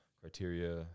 criteria